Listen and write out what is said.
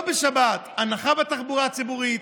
לא בשבת אלא הנחה בתחבורה הציבורית,